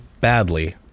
badly